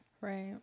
right